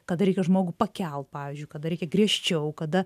kada reikia žmogų pakelt pavyzdžiui kada reikia griežčiau kada